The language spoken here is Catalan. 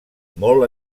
molt